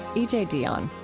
e j. dionne.